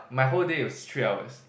my whole day was three hours